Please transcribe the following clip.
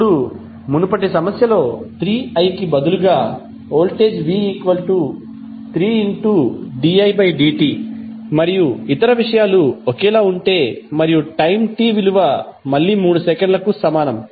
ఇప్పుడు మునుపటి సమస్యలో 3i కి బదులుగా వోల్టేజ్ v3didt మరియు ఇతర విషయాలు ఒకేలా ఉంటే మరియు టైమ్ t విలువ మళ్ళీ 3 మిల్లీసెకన్లకు సమానం